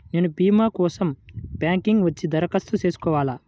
నేను భీమా కోసం బ్యాంక్కి వచ్చి దరఖాస్తు చేసుకోవాలా?